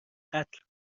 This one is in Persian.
قتل